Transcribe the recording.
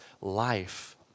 life